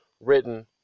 written